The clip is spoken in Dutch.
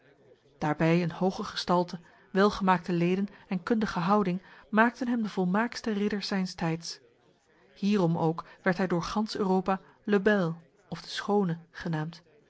daarbij een hoge gestalte welgemaakte leden en kundige houding maakten hem de volmaaktste ridder zijns tijds hierom ook werd hij door gans europa le bel of de schone genaamd